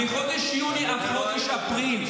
מחודש יוני עד חודש אפריל.